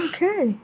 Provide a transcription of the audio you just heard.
Okay